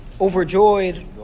overjoyed